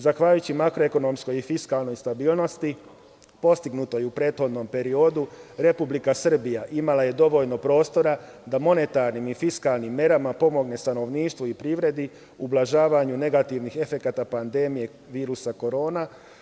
Zahvaljujući makroekonomskoj i fiskalnoj stabilnosti postignutoj u prethodnom periodu, Republika Srbija imala je dovoljno prostora da monetarnim i fiskalnim merama pomogne stanovništvu i privredi u ublažavanju negativnih efekata pandemije virusa korona.